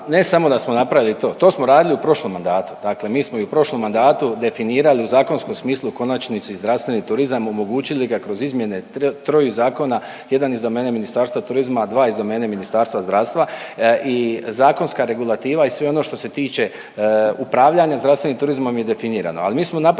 ne samo da smo napravili to, to smo radili u prošlom mandatu, dakle mi smo i u prošlom mandatu definirali u zakonskom smislu u konačnici zdravstveni turizam, omogućili ga kroz izmjene troju zakona, jedan iz domene Ministarstva turizma, dva iz domene Ministarstva zdravstva i zakonska regulativa i sve ono što se tiče upravljanja zdravstvenim turizmom je definirano.